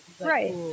right